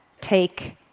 take